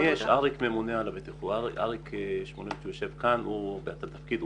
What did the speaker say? אריק שמואלביץ שיושב כאן הוא הממונה על הבטיחות במשרד העבודה.